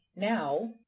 Now